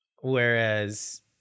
Whereas